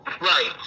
right